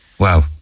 Wow